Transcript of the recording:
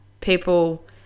people